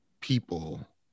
people